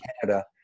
Canada